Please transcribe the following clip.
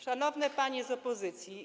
Szanowne Panie z opozycji!